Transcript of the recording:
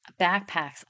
backpacks